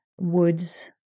woods